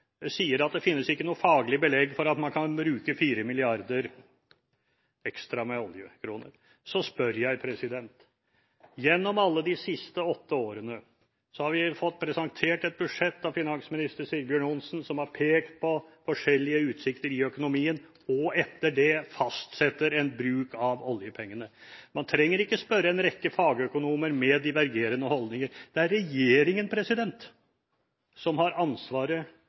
sier at det ikke finnes noe faglig belegg for at man kan bruke 4 mrd. ekstra oljekroner, sier jeg: Gjennom alle de siste åtte årene har vi fått presentert et budsjett av daværende finansminister Sigbjørn Johnsen, som har pekt på forskjellige utsikter i økonomien, og etter det fastsatt en bruk av oljepengene. Man trenger ikke spørre en rekke fagøkonomer med divergerende holdninger. Det er regjeringen som har ansvaret